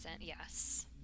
yes